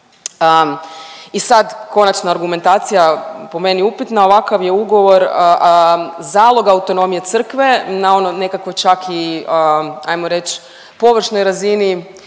i sad konačna argumentacija po meni upitna. Ovakav je ugovor zalog autonomije crkve, na ono nekako čak i hajmo reći površnoj razini.